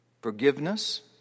Forgiveness